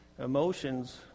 Emotions